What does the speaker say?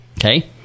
Okay